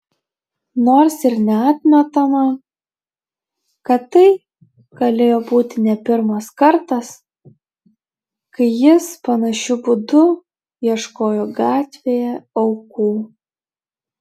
nors ir neatmetama kad tai galėjo būti ne pirmas kartas kai jis panašiu būdu ieškojo gatvėje aukų